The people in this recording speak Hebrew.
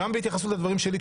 גם בהתייחסות לדברים שלי,